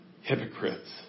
Hypocrites